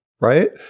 right